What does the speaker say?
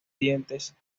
dientes